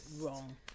wrong